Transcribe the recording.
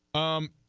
on